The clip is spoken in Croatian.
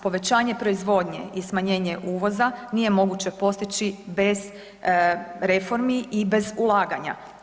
Povećanje proizvodnje i smanjenje uvoza nije moguće postići bez reformi i bez ulaganja.